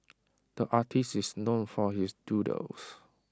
the artist is known for his doodles